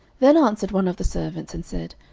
then answered one of the servants, and said,